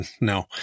no